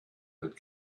that